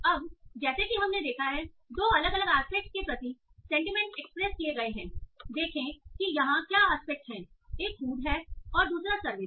अब जैसा कि हमने देखा है दो अलग अलग एस्पेक्ट के प्रति सेंटीमेंट एक्सप्रेस किए गए हैं देखें कि यहां क्या एस्पेक्ट हैं एक फूड है और दूसरा सर्विस